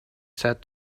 said